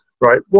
right